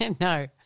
No